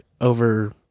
over